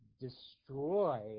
destroy